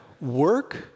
work